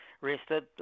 rested